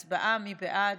הצבעה, מי בעד?